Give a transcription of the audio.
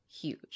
huge